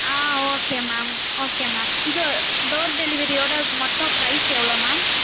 ஆ okay ma'am okay ma'am இது door டெலிவெரியோட மொத்தம் பிரைஸ் எவ்வளோ மேம்